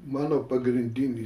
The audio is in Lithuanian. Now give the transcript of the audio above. mano pagrindinis